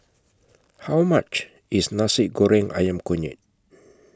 How much IS Nasi Goreng Ayam Kunyit